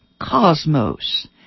cosmos